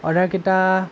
অৰ্ডাৰকেইটা